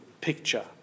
picture